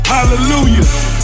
Hallelujah